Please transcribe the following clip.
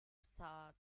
sought